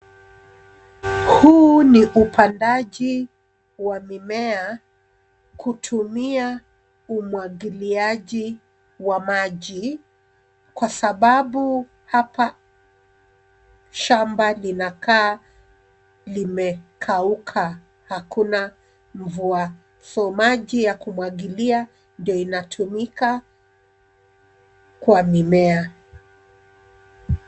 Huu ni upandaji wa mimea kutumia umwagiliaji wa maji, kwa sababu hapa shamba linakaa limekauka hakuna mvua. Maji ya kumwagilia ndio inatumika kwa mimea.